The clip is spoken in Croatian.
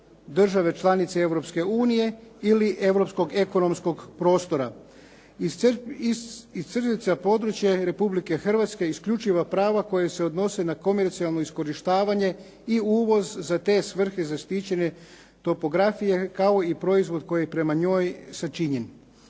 države članice Europske unije ili europskog ekonomskog prostora. …/Govornik se ne razumije./… područja Republike Hrvatske isključiva prava koja se odnose na komercijalno iskorištavanje i uvoz za te svrhe zaštićene topografije kao i proizvod koji je prema njoj sačinjen.